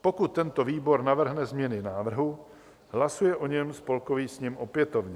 Pokud tento výbor navrhne změny návrhu, hlasuje o něm Spolkový sněm opětovně.